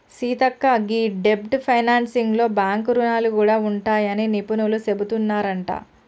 సీతక్క గీ డెబ్ట్ ఫైనాన్సింగ్ లో బాంక్ రుణాలు గూడా ఉంటాయని నిపుణులు సెబుతున్నారంట